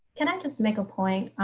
can i just make a point,